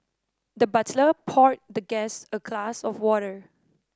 the butler poured the guest a glass of water